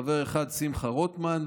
חבר אחד: שמחה רוטמן,